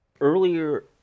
Earlier